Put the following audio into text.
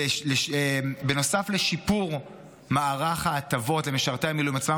נוסף לשיפור מערך ההטבות למשרתי המילואים עצמם,